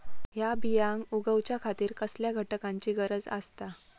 हया बियांक उगौच्या खातिर कसल्या घटकांची गरज आसता?